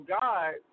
God